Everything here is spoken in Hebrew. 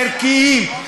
ערכיים,